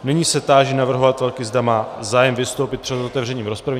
Nyní se táži navrhovatelky, zda má zájem vystoupit před otevřením rozpravy.